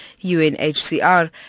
UNHCR